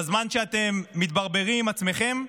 בזמן שאתם מתברברים עם עצמכם,